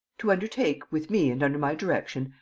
to undertake, with me and under my direction,